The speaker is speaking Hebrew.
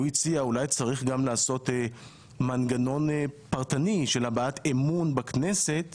הציע אולי צרים גם לעשות מנגנון פרטני של הבעת אמון בכנסת